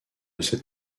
cette